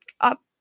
up